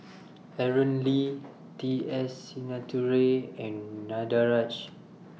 Aaron Lee T S Sinnathuray and Danaraj